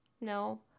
No